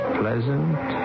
pleasant